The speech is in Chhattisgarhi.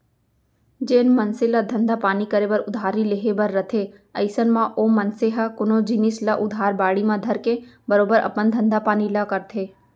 जेन मनसे ल धंधा पानी करे बर उधारी लेहे बर रथे अइसन म ओ मनसे ह कोनो जिनिस ल उधार बाड़ी म धरके बरोबर अपन धंधा पानी ल करथे